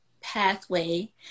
pathway